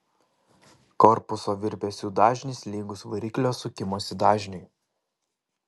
korpuso virpesių dažnis lygus variklio sukimosi dažniui